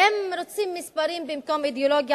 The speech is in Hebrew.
והם רוצים מספרים במקום אידיאולוגיה.